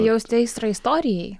jausti aistrą istorijai